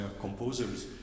composers